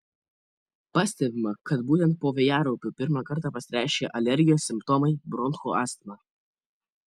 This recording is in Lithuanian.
pastebima kad būtent po vėjaraupių pirmą kartą pasireiškia alergijos simptomai bronchų astma